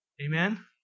Amen